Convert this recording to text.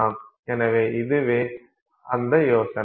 எனவே இதுவே அந்த யோசனை